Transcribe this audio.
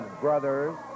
brothers